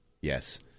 yes